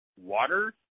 water